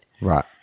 Right